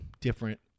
different